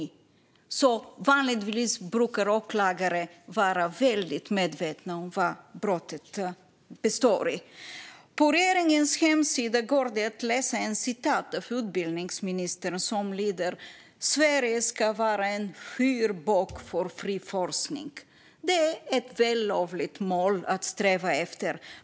Vanligtvis brukar åklagare vara väldigt medvetna om vad ett brott består i. På regeringens hemsida går det att läsa ett citat av utbildningsministern som lyder: "Sverige ska vara en fyrbåk för den fria forskningen." Det är ett vällovligt mål att sträva efter.